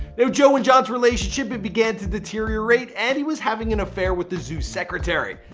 so joe and john's relationship began to deteriorate and he was having an affair with the zoo secretary.